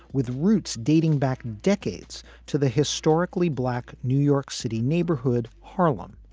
with roots dating back decades to the historically black new york city neighborhood, harlem.